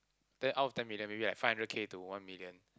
then out of ten million maybe like five hundred K to one million